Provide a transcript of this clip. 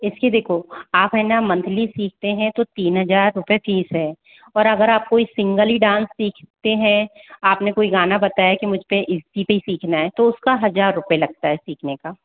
इसकी देखो आप है न मन्थली सीखते हैं तो तीन हजार रुपए फीस है और अगर आप कोई सिंगल ही डांस सीखते हैं आपने कोई गाना बताया कि मुझ पे इसी पे ही सीखना है तो उसका हजार रुपए लगता है सीखने का